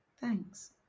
Thanks